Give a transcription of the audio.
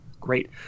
great